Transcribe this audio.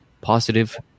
positive